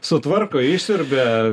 sutvarko išsiurbia